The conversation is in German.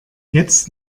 jetzt